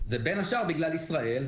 זה בין השאר בגלל ישראל.